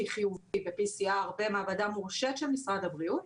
חיובי ב-PCR במעבדה מורשית של משרד הבריאות